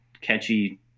catchy